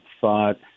thought